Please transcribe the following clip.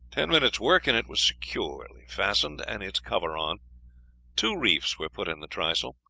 ten minutes' work and it was securely fastened and its cover on two reefs were put in the trysail.